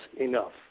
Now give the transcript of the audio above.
enough